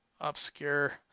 obscure